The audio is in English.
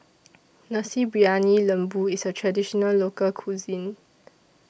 Nasi Briyani Lembu IS A Traditional Local Cuisine